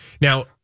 Now